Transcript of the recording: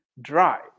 drive